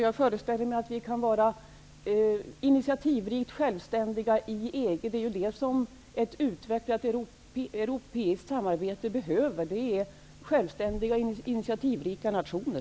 Jag föreställer mig att vi kan vara initiativrika och självständiga i EG. Det är vad ett utvecklat europeiskt samarbete behöver, självständiga, initiativrika nationer.